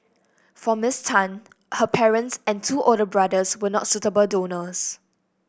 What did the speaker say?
for Miss Tan her parents and two older brothers were not suitable donors